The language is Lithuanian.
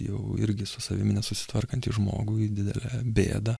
jau irgi su savim nesusitvarkantį žmogų į didelę bėdą